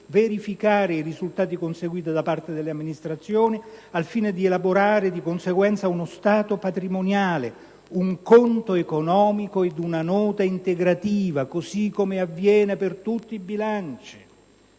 verificare i risultati conseguiti da parte delle amministrazioni, al fine di elaborare di conseguenza uno stato patrimoniale, un conto economico ed una nota integrativa, così come avviene per tutti i bilanci;